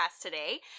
today